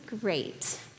Great